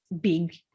big